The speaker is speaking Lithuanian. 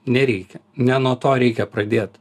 nereikia ne nuo to reikia pradėt